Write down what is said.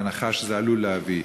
בהנחה שזה עלול להביא,